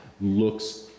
looks